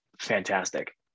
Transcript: fantastic